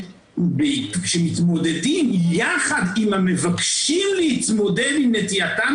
שמתמודדים יחד עם המבקשים להתמודד עם נטייתם